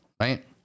right